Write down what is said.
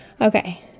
Okay